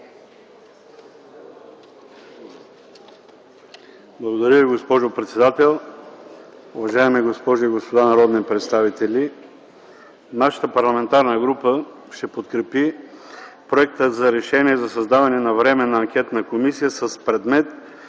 Благодаря Ви, госпожо председател. Уважаеми госпожи и господа народни представители, нашата парламентарна група ще подкрепи проекта за Решение за създаване на Временна анкетна комисия с предмет